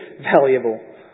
valuable